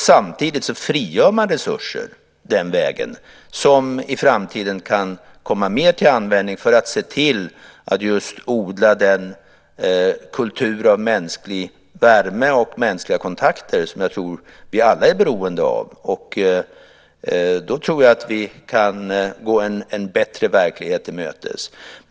Samtidigt frigör man resurser den vägen som i framtiden kan komma mer till användning för att odla den kultur av mänsklig värme och mänskliga kontakter som jag tror vi alla är beroende av. Då tror jag att vi kan gå en bättre verklighet till mötes.